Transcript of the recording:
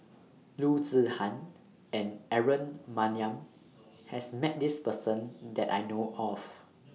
Loo Zihan and Aaron Maniam has Met This Person that I know of